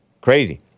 Crazy